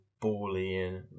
boolean